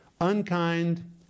unkind